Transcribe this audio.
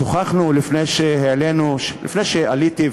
העלינו לפני שעליתי,